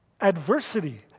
adversity